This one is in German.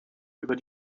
über